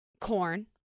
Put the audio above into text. Corn